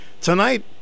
Tonight